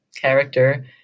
character